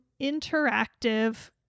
interactive